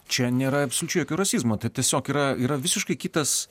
čia nėra absoliučiai jokio rasizmo tai tiesiog yra yra visiškai kitas